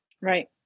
Right